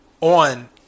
on